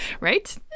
Right